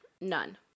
none